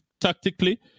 tactically